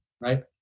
Right